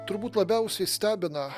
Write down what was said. turbūt labiausiai stebina